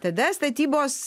tada statybos